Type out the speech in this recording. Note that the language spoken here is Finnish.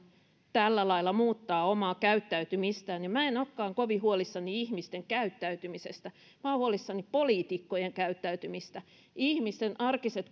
tällä lailla muuttaa omaa käyttäytymistään minä en olekaan kovin huolissani ihmisten käyttäytymisestä minä olen huolissani poliitikkojen käyttäytymisestä ihmisen arkiset